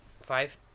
Five